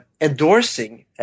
endorsing